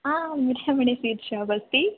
आम् मणि sweet shop अस्ति